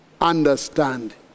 understand